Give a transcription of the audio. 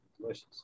Delicious